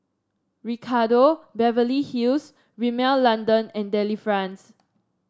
Ricardo Beverly Hills Rimmel London and Delifrance